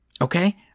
Okay